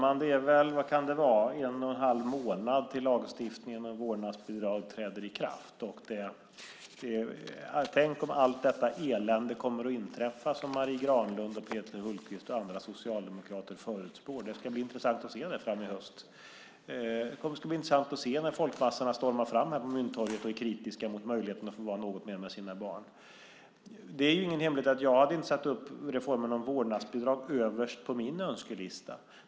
Fru talman! Det är väl en och en halv månad tills lagstiftningen om vårdnadsbidrag träder i kraft. Tänk om allt detta elände kommer att inträffa som Marie Granlund, Peter Hultqvist och andra socialdemokrater förutspår? Det ska bli intressant att se det framåt hösten. Det ska bli intressant att se när folkmassorna stormar fram här på Mynttorget och är kritiska mot möjligheten att få vara något mer med sina barn. Det är ingen hemlighet att jag inte hade satt upp reformen om vårdnadsbidrag överst på min önskelista.